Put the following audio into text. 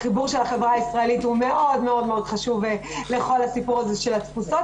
החיבור של החברה הישראלית הוא מאוד חשוב לכל הסיפור הזה של התפוצות.